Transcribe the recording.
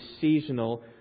seasonal